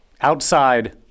outside